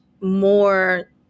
more